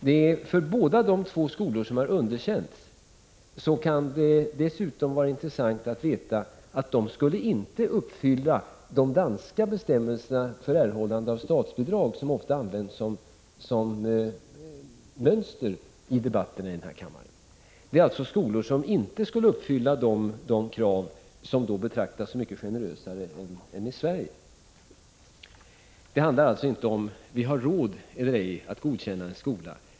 Det kan vara intressant att veta att ingen av de två skolor som har underkänts skulle uppfylla de danska bestämmelserna för erhållande av statsbidrag. De danska bestämmelserna används ju ofta som mönster i debatten i denna kammare. Dessa skolor skulle alltså inte uppfylla de danska krav som annars anses som mycket generösare än de svenska. Det handlar alltså inte om huruvida vi har råd eller ej att godkänna en skola.